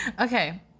Okay